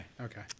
okay